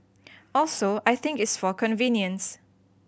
also I think it's for convenience